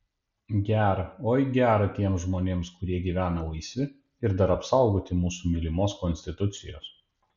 gera oi gera tiems žmonėms kurie gyvena laisvi ir dar apsaugoti mūsų mylimos konstitucijos